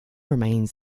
remains